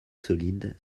solides